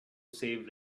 save